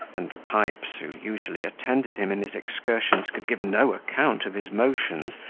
and pipes, who usually attended him in his excursions, could give no account of his motions,